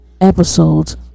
episodes